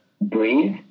breathe